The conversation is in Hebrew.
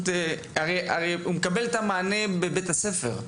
הרי הוא מקבל את המענה בבית הספר.